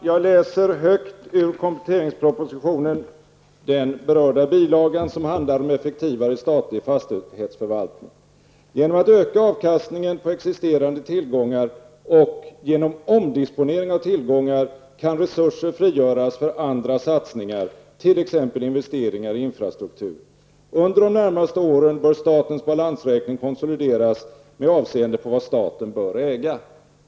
Herr talman! Jag läser högt ur kompletteringspropositionen, den berörda bilagan, som handlar om effektivare statlig fastighetsförvaltning: ''Genom att öka avkastningen på existerande tillgångar och genom omdisponering av tillgångar kan resurser frigöras för andra satsningar, t.ex. investeringar i infrastruktur. Under de närmaste åren bör statens balansräkning konsolideras med avseende på vad staten bör äga.''